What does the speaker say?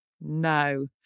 No